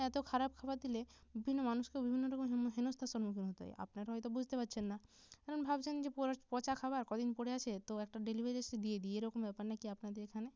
এত খারাপ খাবার দিলে বিভিন্ন মানুষকে বিভিন্ন রকম হেন হেনস্থার সন্মুখীন হতে হয় আপনারা হয়তো বুঝতে পারছেন না কারণ ভাবছেন যে পর পচা খাবার কদিন পড়ে আছে তো একটা ডেলিভারি এসেছে দিয়ে দিই এরকম ব্যাপার না কি আপনাদের এখানে